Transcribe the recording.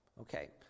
Okay